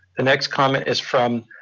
the next comment is from